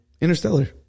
Interstellar